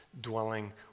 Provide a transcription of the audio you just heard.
dwelling